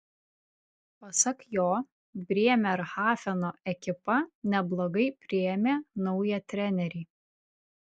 pasak jo brėmerhafeno ekipa neblogai priėmė naują trenerį